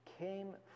...came